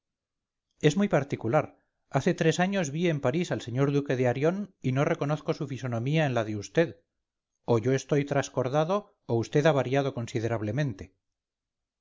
es muy particular hace tres años vi en parís al señor duque de arión y no reconozco su fisonomía en la de vd o yo estoy trascordado o vd ha variado considerablemente